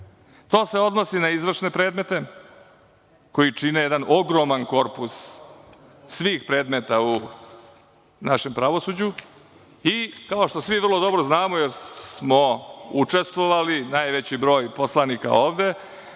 To se odnosi na izvršne predmete koji čine jedan ogroman korpus svih predmeta u našem pravosuđu i, kao što svi vrlo dobro znamo jer smo učestvovali, najveći broj poslanika ovde,